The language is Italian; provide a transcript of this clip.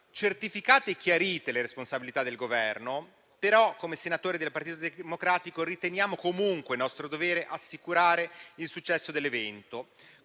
Certificate e chiarite le responsabilità del Governo, però, come senatori del Partito Democratico, riteniamo comunque nostro dovere assicurare il successo dell'evento,